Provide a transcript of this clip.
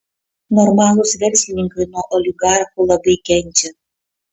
normalūs verslininkai nuo oligarchų labai kenčia